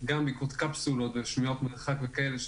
גם בעקבות קפסולות ושמירת מרחק וכאלה,